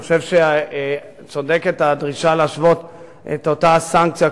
אני חושב שצודקת הדרישה להשוות את אותה סנקציה,